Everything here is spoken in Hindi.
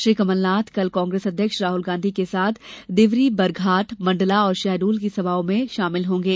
श्री कमलनाथ कल कांग्रेस अध्यक्ष राहुल गांधी के साथ देवरी बरघाट मंडला और शहडोल की सभाओं में शामिल होंगे